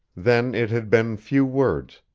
then it had been few words,